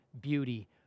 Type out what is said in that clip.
beauty